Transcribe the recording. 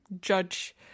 judge